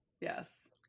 Yes